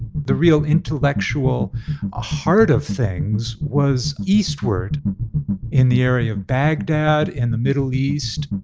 the real intellectual ah heart of things was eastward in the area of baghdad in the middle east,